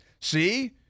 See